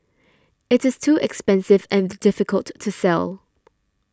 it is too expensive and difficult to sell